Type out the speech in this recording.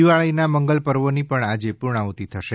દિવાળીના મંગલ પર્વોની પણ આજે પૂર્ણાહ્તિ થાય છે